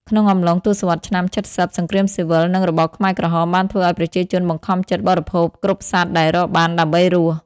ក្នុងអំឡុងទសវត្សរ៍ឆ្នាំ ៧០ សង្គ្រាមស៊ីវិល និងរបបខ្មែរក្រហមបានធ្វើឱ្យប្រជាជនបង្ខំចិត្តបរិភោគគ្រប់សត្វដែលរកបានដើម្បីរស់។